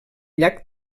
llac